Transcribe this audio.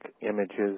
images